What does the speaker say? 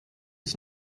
ich